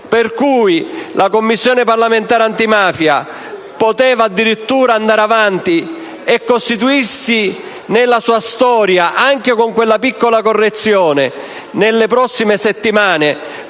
GAL)*. La Commissione parlamentare antimafia poteva addirittura andare avanti e costituirsi anche con quella piccola correzione nelle prossime settimane,